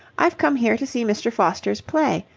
i've come here to see mr. foster's play,